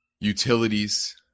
utilities